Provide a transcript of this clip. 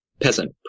peasant